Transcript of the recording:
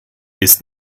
ist